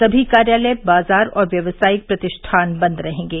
सभी कार्यालय बाजार और व्यावसायिक प्रतिष्ठान बंद रहेंगे